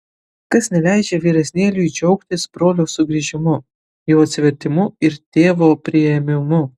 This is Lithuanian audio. kas neleidžia vyresnėliui džiaugtis brolio sugrįžimu jo atsivertimu ir tėvo priėmimu